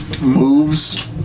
moves